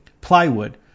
Plywood